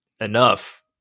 enough